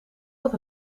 wat